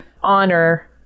honor